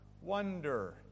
wonder